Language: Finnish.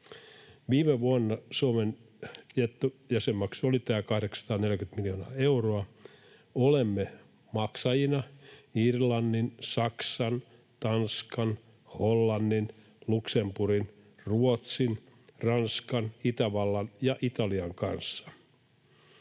Viime vuonna Suomen nettojäsenmaksu oli tämä 840 miljoonaa euroa. Olemme maksajina Irlannin, Saksan, Tanskan, Hollannin, Luxemburgin, Ruotsin, Ranskan, Itävallan ja Italian kanssa.